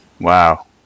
Wow